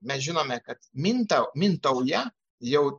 mes žinome kad minta mintauja jau